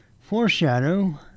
foreshadow